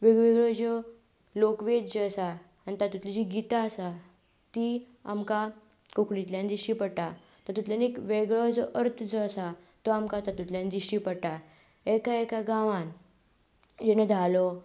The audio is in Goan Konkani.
वेगवेगळ्यो ज्यो लोकवेद जे आसा आनी तातुंतलीं जीं गितां आसा तीं आमकां कोंकणींतल्यान दिश्टी पडटा तातुंतल्यान एक वेगळो जो अर्थ जो आसा तो आमकां तातुंतल्यान दिश्टी पडटा एका एका गांवांत जेन्ना धालो